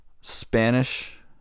Spanish